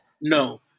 no